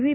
V